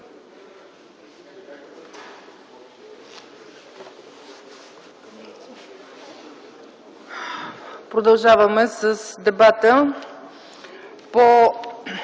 Продължаваме с дебата по